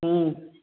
हँ